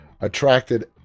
attracted